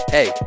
Hey